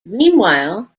meanwhile